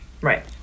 Right